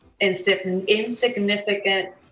insignificant